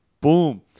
boom